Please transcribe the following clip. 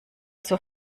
zur